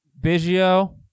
Biggio